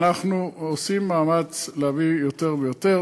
אנחנו עושים מאמץ להביא יותר ויותר.